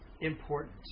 important